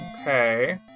Okay